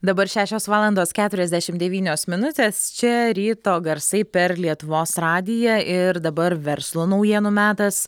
dabar šešios valandos keturiasdešimt devynios minutės čia ryto garsai per lietuvos radiją ir dabar verslo naujienų metas